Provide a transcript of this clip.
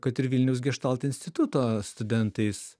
kad ir vilniaus geštalto instituto studentais